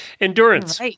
Endurance